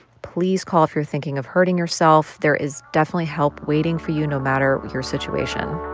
please call if you're thinking of hurting yourself. there is definitely help waiting for you, no matter your situation